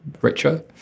richer